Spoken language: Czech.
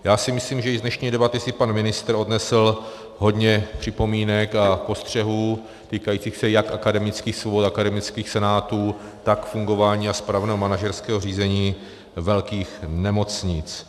Já si myslím, že i z dnešní debaty si pan ministr odnesl hodně připomínek a postřehů týkajících se jak akademických svobod, akademických senátů, tak fungování a spravování manažerského řízení velkých nemocnic.